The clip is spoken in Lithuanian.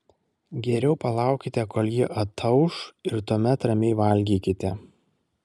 geriau palaukite kol ji atauš ir tuomet ramiai valgykite